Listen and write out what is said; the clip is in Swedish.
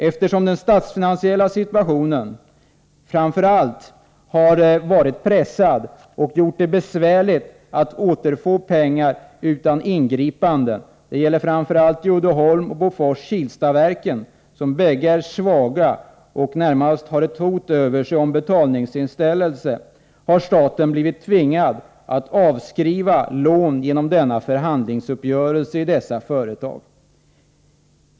Eftersom den statsfinansiella situationen har varit pressad och gjort det besvärligt att återfå pengar utan ingripanden — det gäller framför allt Uddeholm AB och Bofors Kilsta AB som bägge är svaga och närmast har hot över sig om betalningsinställelse — har staten blivit tvingad att avskriva lån i dessa företag genom denna förhandlingsuppgörelse.